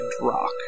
rock